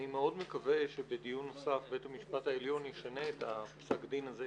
אני מאוד מקווה שבדיון נוסף בית המשפט העליון ישנה את פסק הדין הזה,